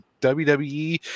WWE